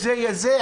יש זה ויש זה,